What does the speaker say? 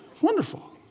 wonderful